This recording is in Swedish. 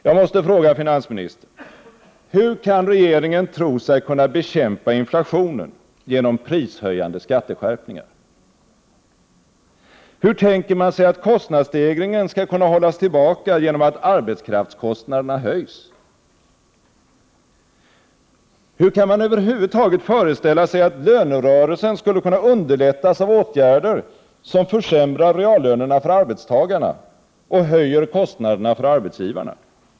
Jag måste fråga finansministern: Hur kan regeringen tro sig kunna bekämpa inflationen genom prishöjande skatteskärpningar? Hur tänker man sig att kostnadsstegringen skall kunna hållas tillbaka genom att arbetskraftskostnaderna höjs? Hur kan man över huvud taget föreställa sig att lönerörelsen skulle kunna underlättas av åtgärder som försämrar reallönerna för arbetstagarna och höjer kostnaderna för arbetsgivarna?